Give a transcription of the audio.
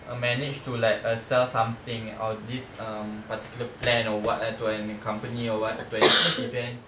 uh managed to like err sell something or this um particular plan or what eh to another company or what to an event